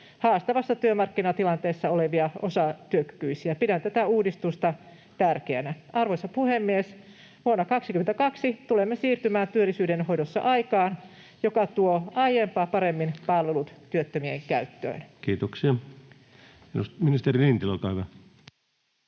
haastavassa työmarkkinatilanteessa olevia osatyökykyisiä. Pidän tätä uudistusta tärkeänä. Arvoisa puhemies! Vuonna 22 tulemme siirtymään työllisyydenhoidossa aikaan, joka tuo aiempaa paremmin palvelut työttömien käyttöön. [Speech 17] Speaker: Ensimmäinen